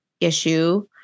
issue